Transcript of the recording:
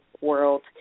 world